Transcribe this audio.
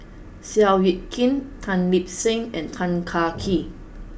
Seow Yit Kin Tan Lip Seng and Tan Kah Kee